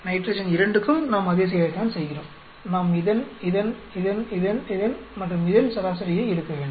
nitrogen 2 க்கும் நாம் அதே செயலைத்தான் செய்கிறோம் நாம் இதன் இதன் இதன் இதன் இதன் இதன் மற்றும் இதன் சராசரியை எடுக்க வேண்டும்